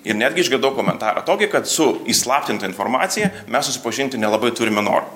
ir netgi išgirdau komentarą tokį kad su įslaptinta informacija mes susipažinti nelabai turime noro